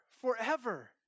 forever